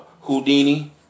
Houdini